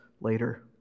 later